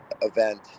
event